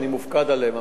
שאני מופקד עליהם,